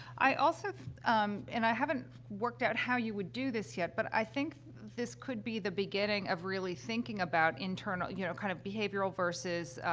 i also, um and i haven't worked out how you would do this yet, but i think this could be the beginning of really thinking about internal you know kind of behavioral versus,